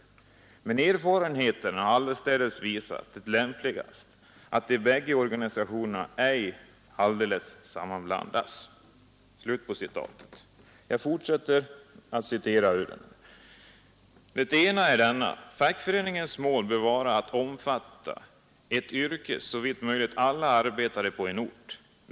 Men erfarenheten har allestädes visat det lämpligast, att de bägge organisationerna ej alldeles sammanblandas.” Vidare skriver han: ”Den ena är denna: fackföreningens mål bör vara att omfatta ett yrkes såvitt möjligt alla arbetare på en ort.